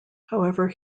however